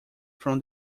from